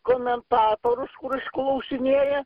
komentatorius kuris klausinėja